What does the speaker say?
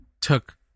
took